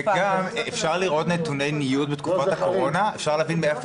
וגם אפשר לראות נתוני ניוד מתקופת הקורונה אפשר להבין מאיפה